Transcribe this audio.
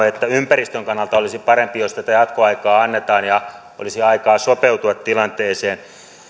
että ympäristön kannalta olisi parempi jos tätä jatkoaikaa annetaan ja olisi aikaa sopeutua tilanteeseen